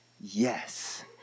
yes